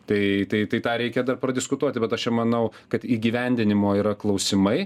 tai tai tai tą reikia dar padiskutuoti bet aš čia manau kad įgyvendinimo yra klausimai